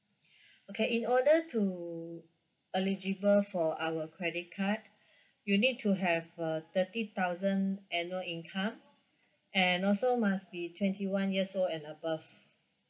okay in order to eligible for our credit card you need to have a thirty thousand annual income and also must be twenty one years old and above